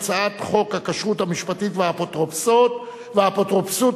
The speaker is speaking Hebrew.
הצעת חוק הכשרות המשפטית והאפוטרופסות (תיקון מס' 17),